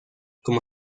como